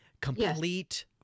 complete